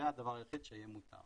זה הדבר היחיד שיהיה מותר.